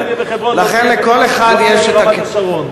לכן, לכל אחד יש הכאב שלו.